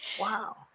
Wow